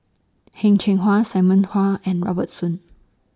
Heng Cheng Hwa Simon Hwa and Robert Soon